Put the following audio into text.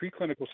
preclinical